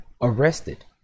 arrested